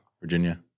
Virginia